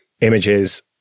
images